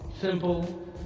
simple